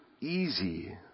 easy